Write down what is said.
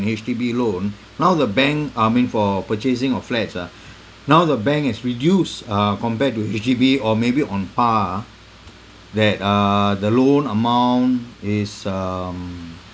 H_D_B loan now the bank I mean for purchasing your flats ah now the bank has reduced uh compared to H_D_B or maybe on par ah that uh the loan amount is um